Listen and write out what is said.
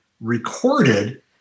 recorded